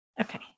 Okay